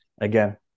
again